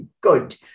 Good